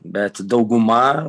bet dauguma